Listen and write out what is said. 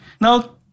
Now